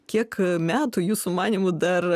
kiek metų jūsų manymu dar